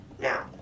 Now